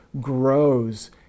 grows